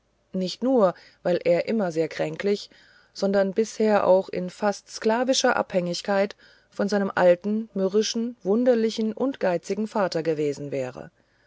nicht nur weil er immer sehr kränklich sondern bisher auch in fast sklavischer abhängigkeit von seinem alten mürrischen wunderlichen und geizigen vater gewesen wäre